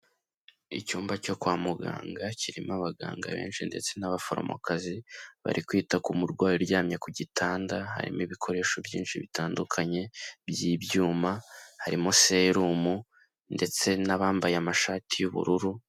Icyumba cyo kwa muganga kirimo abaganga benshi ndetse n'abaforomokazi, bari kwita ku murwayi uryamye ku gitanda, harimo ibikoresho byinshi bitandukanye by'ibyuma harimo serumu ndetse n'abambaye amashati y'ubururu.